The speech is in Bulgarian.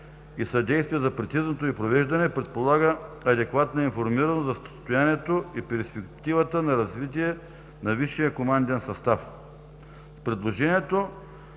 и съдействие за прецизното й провеждане, предполага адекватна информираност за състоянието и перспективата на развитие на висшия команден състав. Предложението